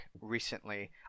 recently